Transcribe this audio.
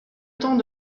temps